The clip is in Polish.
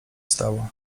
stało